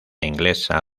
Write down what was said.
inglesa